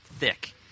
Thick